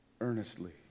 earnestly